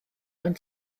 mewn